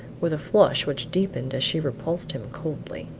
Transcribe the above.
with a flush which deepened as she repulsed him coldly.